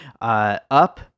Up